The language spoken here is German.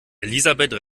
elisabeth